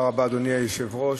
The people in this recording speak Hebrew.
תודה רבה, אדוני היושב-ראש.